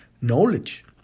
knowledge